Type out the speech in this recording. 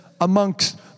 amongst